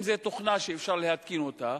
אם זו תוכנה שאפשר להתקין אותה,